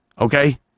Okay